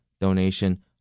donation